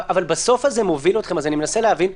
אני מנסה להבין,